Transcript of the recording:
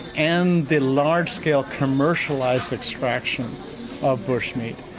and the large-scale commercialised extraction of bush meat,